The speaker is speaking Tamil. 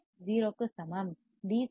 f 0 க்கு சமம் டி